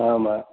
ஆமாம்